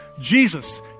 Jesus